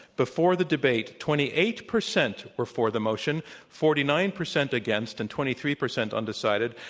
before the debate twenty eight percent were for the motion, forty nine percent against, and twenty three percent undecided.